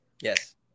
Yes